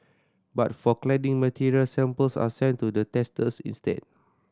but for cladding materials samples are sent to the testers instead